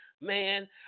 Man